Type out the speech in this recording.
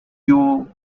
you